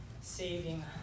saving